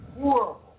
horrible